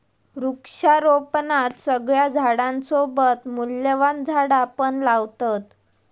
वृक्षारोपणात सगळ्या झाडांसोबत मूल्यवान झाडा पण लावतत